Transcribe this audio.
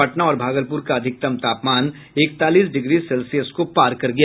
पटना और भागलपुर का अधिकतम तापमान इकतालीस डिग्री सेल्सियस को पार कर गया